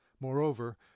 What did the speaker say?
Moreover